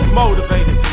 motivated